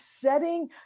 setting